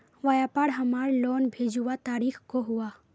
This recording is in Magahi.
व्यापार हमार लोन भेजुआ तारीख को हुआ?